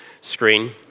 screen